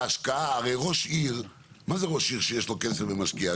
מה זה ראש עיר שיש לו כסף ומשקיע?